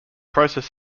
process